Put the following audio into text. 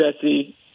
Jesse